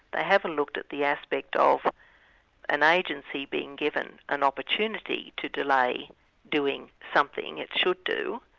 they haven't looked at the aspect of an agency being given an opportunity to delay doing something it should do